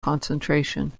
concentration